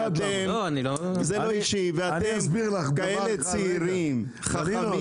אתם כאלה צעירים, חכמים.